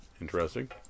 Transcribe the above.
interesting